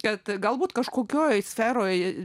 kad galbūt kažkokioje sferoje